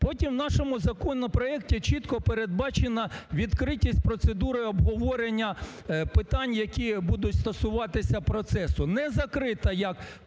Потім в нашому законопроекті чітко передбачено відкритість процедури обговорення питань, які будуть стосуватися процесу,